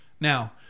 now